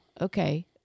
okay